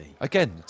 again